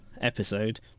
episode